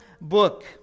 book